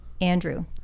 Andrew